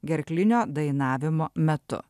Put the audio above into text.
gerklinio dainavimo metu